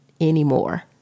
anymore